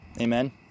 Amen